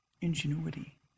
ingenuity